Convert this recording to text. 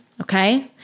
okay